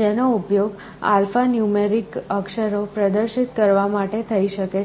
જેનો ઉપયોગ આલ્ફાન્યુમેરિક અક્ષરો પ્રદર્શિત કરવા માટે થઈ શકે છે